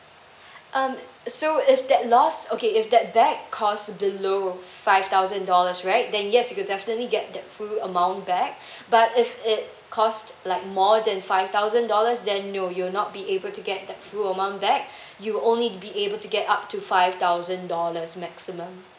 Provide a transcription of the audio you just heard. um so if that loss okay if that bag cost below five thousand dollars right then yes we'll definitely get that full amount back but if it cost like more than five thousand dollars then no you'll not be able to get that full amount back you'll only be able to get up to five thousand dollars maximum